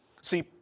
See